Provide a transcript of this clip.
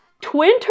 twin